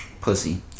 Pussy